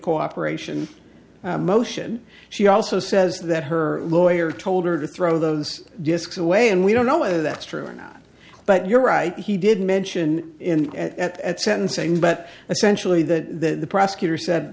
cooperation motion she also says that her lawyer told her to throw those disks away and we don't know whether that's true or not but you're right he did mention in at sentencing but essentially that the prosecutor said